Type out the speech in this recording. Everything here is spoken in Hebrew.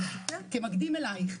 כמקדים אלייך,